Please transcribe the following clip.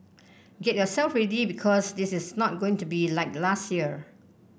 get yourself ready because this is not going to be like last year